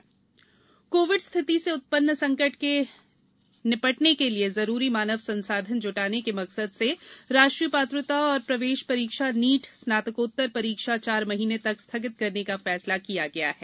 प्रधानमंत्री कोविड उपाय कोविड रिथिति से उत्पन्न संकट से निपटने के लिए जरूरी मानव संसाधनों जुटाने के मकसद से राष्ट्रीय पात्रता और प्रवेश परीक्षा नीट स्नातकोत्तर परीक्षा चार महीने तक स्थगित करने का फैसला किया गया है